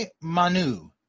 Manu